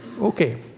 Okay